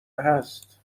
هست